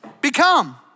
become